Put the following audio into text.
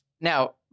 now